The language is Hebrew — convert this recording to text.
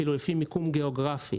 אפילו לפי מיקום גיאוגרפי.